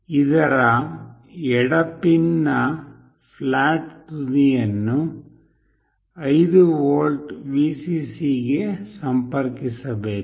ಇದರ ಎಡ ಪಿನ್ನ ಫ್ಲಾಟ್ ತುದಿಯನ್ನು 5 ವೋಲ್ಟ್ Vccಗೆ ಸಂಪರ್ಕಿಸಬೇಕು